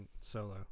Solo